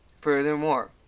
Furthermore